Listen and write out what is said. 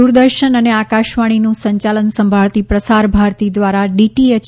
દૂરદર્શન અને આકાશવાણીનું સંચાલન સંભાળતી પ્રસારભારતી દ્વારા ડીટીએચ